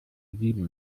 sieben